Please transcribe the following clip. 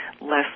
less